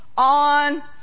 On